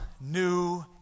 new